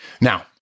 Now